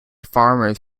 farmers